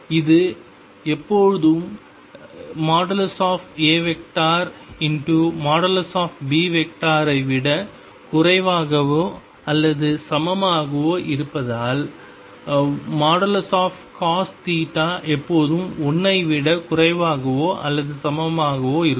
இது எப்போதும் |A |B ஐ விட குறைவாகவோ அல்லது சமமாகவோ இருப்பதால் |cos |எப்போதும் 1 ஐ விட குறைவாகவோ அல்லது சமமாகவோ இருக்கும்